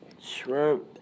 shrimp